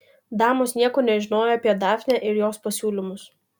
damos nieko nežinojo apie dafnę ir jos pasiūlymus